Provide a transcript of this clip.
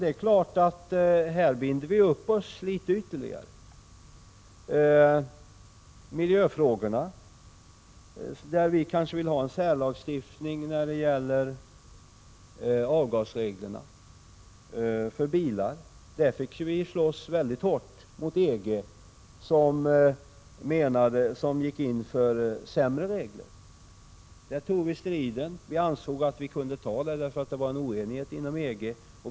Det är dock klart att vi binder upp oss ytterligare, t.ex. när det gäller miljöfrågorna, där vi kanske vill ha en särlagstiftning. När det gäller avgasreglerna för bilar fick vi slåss hårt mot EG som gick in för sämre regler. Där tog vi strid. Vi ansåg att vi kunde göra det eftersom det förelåg oenighet inom EG.